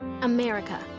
America